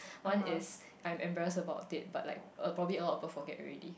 one is I'm embarrassed about it but like a probably a lot of people forget already